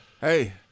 Hey